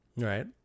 Right